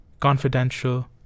confidential